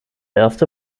erste